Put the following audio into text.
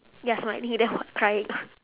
ya smiling then what crying ah